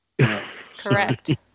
Correct